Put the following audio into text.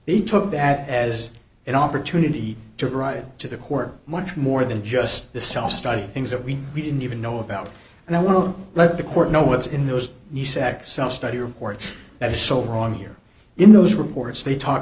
they took that as an opportunity to ride to the core much more than just the cell study things that we didn't even know about and i won't let the court know what's in those nice x l study reports that is so wrong here in those reports they talk